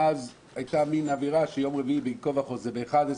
ואז הייתה מעין אווירה שיום רביעי בין כה וכה זה ב-11:00,